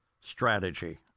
strategy